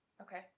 Okay